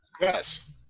Yes